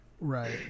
Right